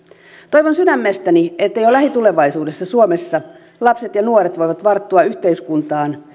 toivon sydämestäni että jo lähitulevaisuudessa suomessa lapset ja nuoret voivat varttua yhteiskuntaan